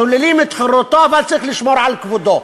שוללים את חירותו אבל צריך לשמור על כבודו.